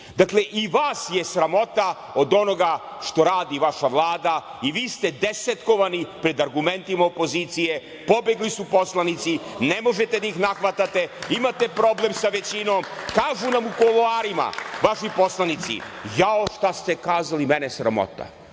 dakle i vas je sramota od onoga što radi vaša Vlada i vi ste desetkovani pred argumentima opozicije, pobegli su poslanici, ne možete da ih nahvatate, imate problem sa većinom i kažu nam u kuloarima vaši poslanici, jao šta ste kazali, mene sramota,